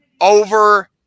Over